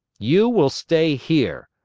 you will stay here.